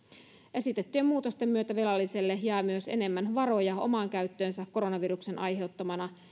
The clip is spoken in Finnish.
esitettyjen muutosten myötä velalliselle jää myös enemmän varoja omaan käyttöönsä koronaviruksen aiheuttamana